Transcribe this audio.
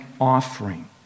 offering